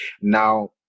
Now